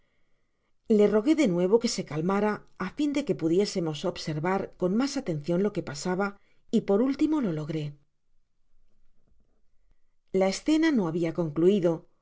le rogué de nuevo que se calmara á fin de que pudiésemos observar con mas atencion lo que pasaba y por último lo logró content from google book search generated at la escena no habia coocluido